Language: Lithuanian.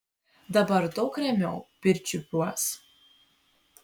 dabar daug ramiau pirčiupiuos